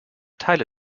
teile